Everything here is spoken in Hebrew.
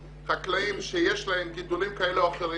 חקלאים שיש להם גידולים כאלה או אחרים,